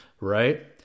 right